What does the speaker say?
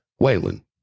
Waylon